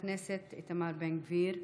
1787. חבר הכנסת איתמר בן גביר,